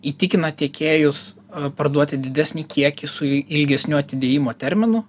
įtikina tiekėjus parduoti didesnį kiekį su ilgesniu atidėjimo terminu